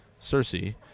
Cersei